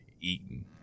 eaten